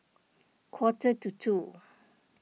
quarter to two